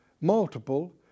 multiple